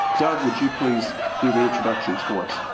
doug, would you please do the introductions for us?